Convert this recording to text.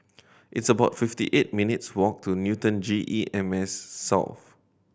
it's about fifty eight minutes' walk to Newton G E M S South